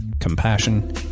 compassion